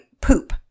poop